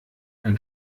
ein